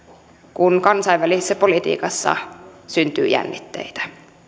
kun kansainvälisessä politiikassa syntyy jännitteitä